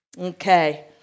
Okay